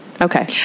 okay